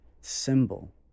symbol